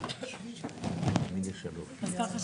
אני בטוחה